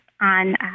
on